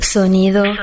Sonido